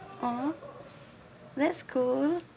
oh that's cool